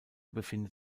befindet